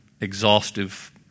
exhaustive